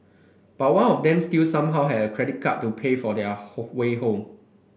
but one of them still somehow had a credit card to pay for their way home